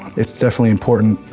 it's definitely important